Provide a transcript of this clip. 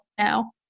now